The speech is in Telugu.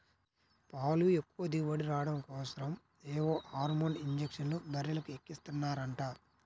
పాలు ఎక్కువ దిగుబడి రాడం కోసరం ఏవో హార్మోన్ ఇంజక్షన్లు బర్రెలకు ఎక్కిస్తన్నారంట